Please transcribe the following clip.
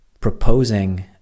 proposing